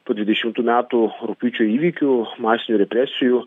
po dvidešimtų metų rugpjūčio įvykių masinių represijų